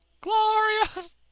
Glorious